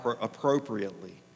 appropriately